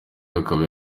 akaba